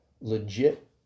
legit